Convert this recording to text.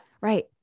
Right